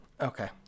Okay